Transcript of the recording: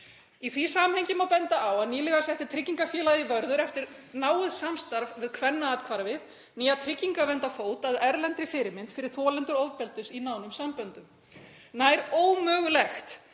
Í því samhengi má benda á að nýlega setti tryggingafélagið Vörður, eftir náið samstarf við Kvennaathvarfið, nýja tryggingavernd á fót að erlendri fyrirmynd fyrir þolendur ofbeldis í nánum samböndum. Nær ómögulegt